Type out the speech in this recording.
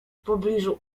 pobliżu